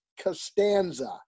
Costanza